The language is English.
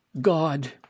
God